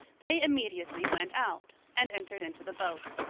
they immediately went out, and entered into the boat.